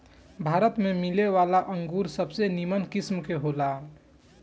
भारत में मिलेवाला अंगूर सबसे निमन किस्म के होला